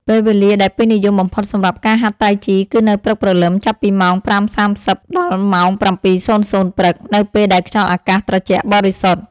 ពេលវេលាដែលពេញនិយមបំផុតសម្រាប់ការហាត់តៃជីគឺនៅព្រឹកព្រលឹម ចាប់ពីម៉ោង ៥:៣០ ដល់ម៉ោង ៧:០០ ព្រឹក នៅពេលដែលខ្យល់អាកាសត្រជាក់បរិសុទ្ធ។